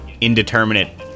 indeterminate